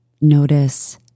Notice